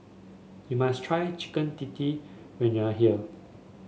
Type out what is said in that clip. you must try Chicken Tikka when you are here